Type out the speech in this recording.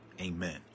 Amen